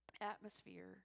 atmosphere